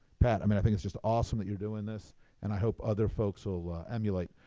pat, i mean, i think it's just awesome that you're doing this and i hope other folks will emulate.